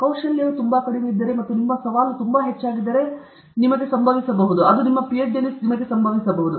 ಕೌಶಲ್ಯವು ತುಂಬಾ ಕಡಿಮೆಯಿದ್ದರೆ ಮತ್ತು ನಿಮ್ಮ ಸವಾಲು ತುಂಬಾ ಹೆಚ್ಚಾಗಿದ್ದರೆ ಅದು ನಿಮಗೆ ಸಂಭವಿಸಬಹುದು ಅದು ನಿಮ್ಮ ಪಿಎಚ್ಡಿ ನಲ್ಲಿ ನಿಮಗೆ ಸಂಭವಿಸಬಹುದು